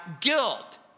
guilt